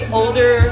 older